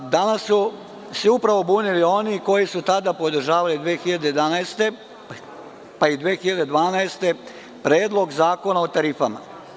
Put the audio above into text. Danas su se bunili oni koji su tada podržavali 2011, pa i 2012. godine predlog zakona o tarifama.